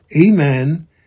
amen